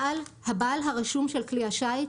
" בעל" הבעל הרשום של כלי השיט,